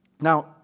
Now